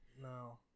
No